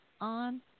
on